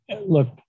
look